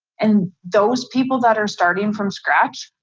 and those people that are starting from scratch,